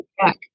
back